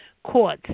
Courts